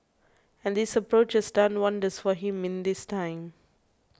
and this approaches done wonders for him in this time